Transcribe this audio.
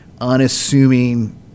unassuming